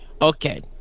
Okay